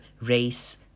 race